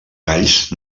galls